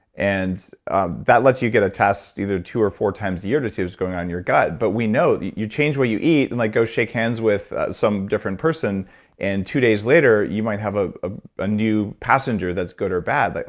and ah that lets you get a test either two or four times a year to see what's going on in your gut, but we know you change what you eat and like go shake hands with some different person and two days later, you might have ah ah a new passenger that's good or bad. like